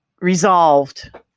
resolved